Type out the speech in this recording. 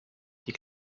die